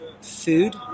food